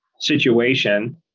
situation